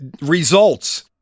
results